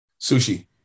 Sushi